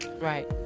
Right